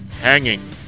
Hanging